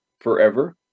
forever